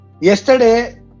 Yesterday